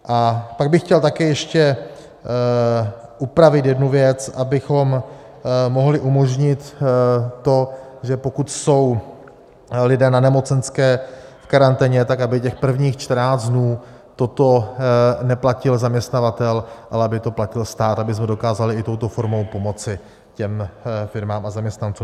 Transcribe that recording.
A pak bych chtěl také ještě upravit jednu věc, abychom mohli umožnit to, že pokud jsou lidé na nemocenské v karanténě, tak aby těch prvních 14 dnů toto neplatil zaměstnavatel, ale aby to platil stát, abychom dokázali i touto formou pomoci firmám a zaměstnancům.